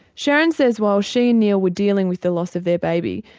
sharon says while she and neil were dealing with the loss of their baby,